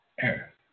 air